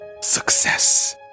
success